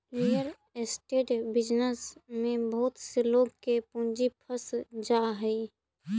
real estate business में बहुत से लोग के पूंजी फंस जा हई